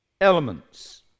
elements